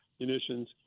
munitions